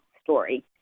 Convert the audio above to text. story